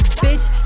Bitch